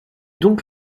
donc